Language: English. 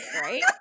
right